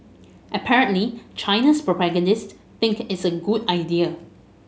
apparently China's propagandist think it's a good idea